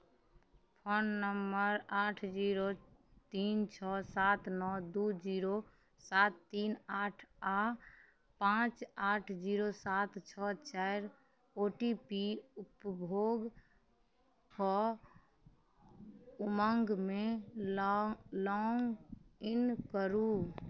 phone number आठ zero तीन छओ सात नओ दुइ जीरो सात तीन आठ आओर पाँच आठ जीरो सात छओ चारि ओ टी पी उपयोग कऽ उमङ्गमे लौन्ग लॉगिन करू